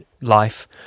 life